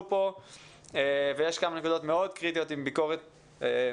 כאן ויש כמה נקודות מאוד קריטיות עם ביקורת משמעותית.